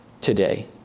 today